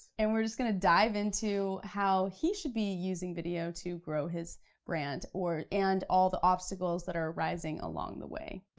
and we're just gonna dive into how he should be using video to grow his brand, and all the obstacles that are rising along the way.